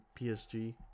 PSG